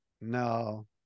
No